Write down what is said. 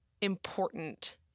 important